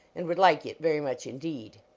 and would like it very much indeed.